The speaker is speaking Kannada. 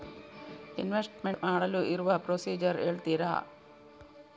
ಇನ್ವೆಸ್ಟ್ಮೆಂಟ್ ಮಾಡಲು ಇರುವ ಪ್ರೊಸೀಜರ್ ಹೇಳ್ತೀರಾ?